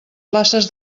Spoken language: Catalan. places